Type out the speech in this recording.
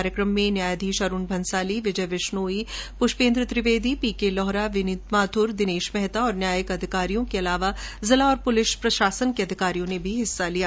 कार्यक्रम में न्यायाधीश अरुण भंसाली विजय विश्नोई पुष्पेन्द्र त्रिवेदी पी के लोहरा विनीत माथुर दिनेश मेहता और न्यायिक अधिकारियों जिला और पुलिस प्रशासन के अधिकारियों ने हिस्सा लिया